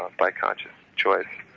by conscious choice,